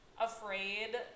afraid